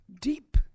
deep